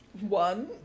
one